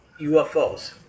UFOs